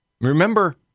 Remember